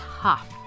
tough